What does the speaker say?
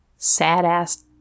sad-ass